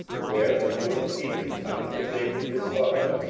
where the lord appeared unto david his father,